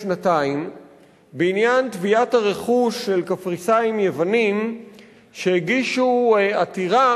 בעניין תביעת הרכוש של קפריסאים יוונים שהגישו עתירה